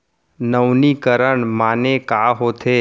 नवीनीकरण माने का होथे?